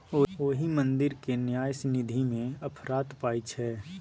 ओहि मंदिरक न्यास निधिमे अफरात पाय छै